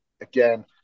again